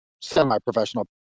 semi-professional